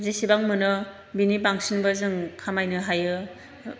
जेसेबां मोनो बेनि बांसिनबो जों खामायनो हायो